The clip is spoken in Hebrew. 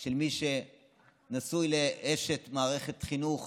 של מי שנשוי לאשת מערכת חינוך